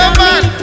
man